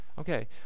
Okay